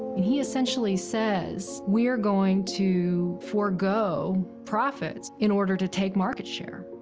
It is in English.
and he essentially says, we are going to forego profits in order to take market share.